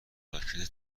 راکت